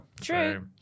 True